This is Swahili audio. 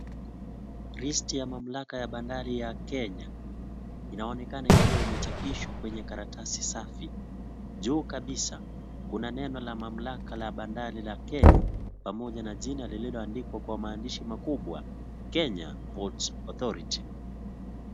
Risti ya mamlaka ya bandari ya Kenya inaonekana ikiwa imechapishwa kwenye karatasi safi, juu kabisa kuna neno la mamlaka la bandali la Kenya pamoja na jina lililoandikwa kwa maandishi makubwa Kenya Ports Authority.